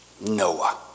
Noah